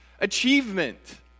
achievement